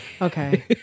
Okay